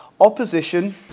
opposition